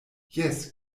jes